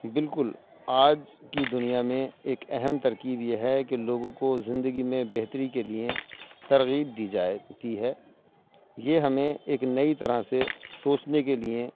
بالکل آج کی دنیا میں ایک اہم ترکیب یہ ہے کہ لوگوں کو زندگی میں بہتری کے لیے ترغیب دی جائے تی ہے یہ ہمیں ایک نئی طرح سےسوچنے کے لیے